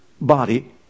body